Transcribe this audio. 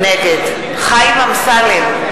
נגד חיים אמסלם,